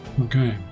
okay